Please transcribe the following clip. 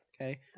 Okay